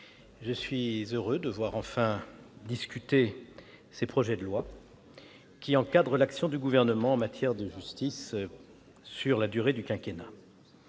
je suis heureux de voir enfin discutés ces projets de loi qui encadrent l'action du Gouvernement en matière de justice sur la durée du quinquennat.